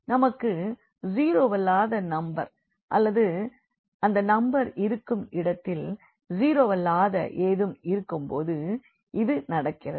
நமக்கு ஜீரோவல்லாத நம்பர் அல்லது அந்த நம்பர் இருக்கும் இடத்தில் ஜீரோவல்லாத ஏதும் இருக்கும் போது இது நடக்கிறது